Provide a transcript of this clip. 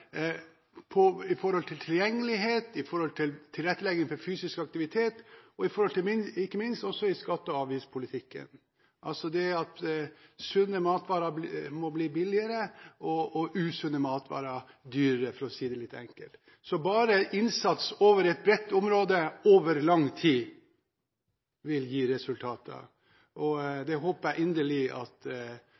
tilgjengelighet, tilrettelegging for fysisk aktivitet, og ikke minst i skatte- og avgiftspolitikken – det at sunne matvarer må bli billigere og usunne matvarer dyrere, for å si det litt enkelt. Så bare innsats over et bredt område over lang tid vil gi resultater. Det håper jeg inderlig at